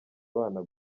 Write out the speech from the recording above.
abana